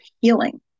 healing